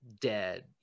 dead